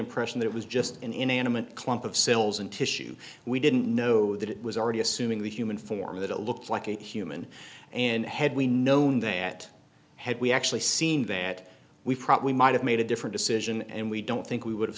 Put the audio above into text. impression that it was just an inanimate clump of cells and tissue we didn't know that it was already assuming the human form that it looked like a human and had we known that had we actually seen that we probably might have made a different decision and we don't think we would have